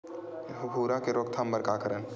भूरा के रोकथाम बर का करन?